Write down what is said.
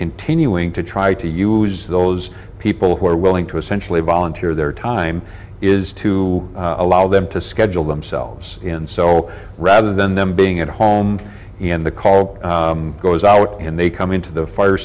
continuing to try to use those people who are willing to essentially volunteer their time is to allow them to schedule themselves in so rather than them being at home in the call goes out and they come into the fire